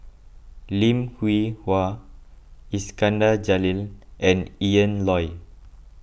Lim Hwee Hua Iskandar Jalil and Ian Loy